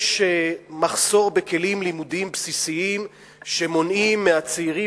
יש מחסור בכלים לימודיים בסיסיים שמונעים מהצעירים